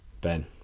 Ben